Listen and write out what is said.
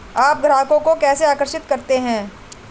आप ग्राहकों को कैसे आकर्षित करते हैं?